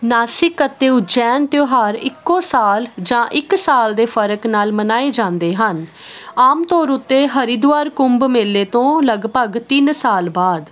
ਨਾਸਿਕ ਅਤੇ ਉਜੈਨ ਤਿਉਹਾਰ ਇੱਕੋ ਸਾਲ ਜਾਂ ਇੱਕ ਸਾਲ ਦੇ ਫ਼ਰਕ ਨਾਲ ਮਨਾਏ ਜਾਂਦੇ ਹਨ ਆਮ ਤੌਰ ਉੱਤੇ ਹਰਿਦੁਆਰ ਕੁੰਭ ਮੇਲੇ ਤੋਂ ਲਗਭਗ ਤਿੰਨ ਸਾਲ ਬਾਅਦ